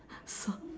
so